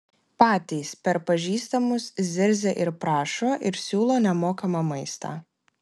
patys per pažįstamus zirzia ir prašo ir siūlo nemokamą maistą